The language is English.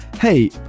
Hey